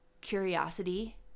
curiosity